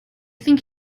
think